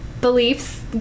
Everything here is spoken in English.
beliefs